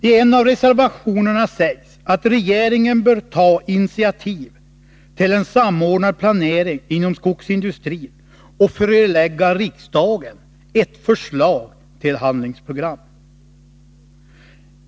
Ien av reservationerna sägs att regeringen bör ta initiativ till en samordnad planering inom skogsindustrin och förelägga riksdagen ett förslag till handlingsprogram.